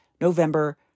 November